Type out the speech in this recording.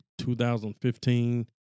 2015